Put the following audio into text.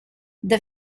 the